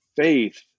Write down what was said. faith